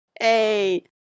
Hey